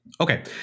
okay